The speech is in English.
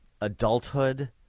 adulthood